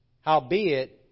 Howbeit